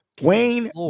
Wayne